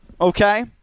okay